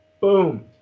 boom